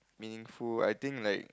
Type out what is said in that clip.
meaningful I think like